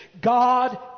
God